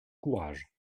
courage